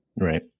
Right